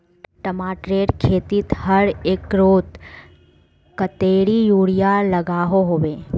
टमाटरेर खेतीत हर एकड़ोत कतेरी यूरिया लागोहो होबे?